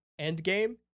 Endgame